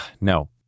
No